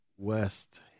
West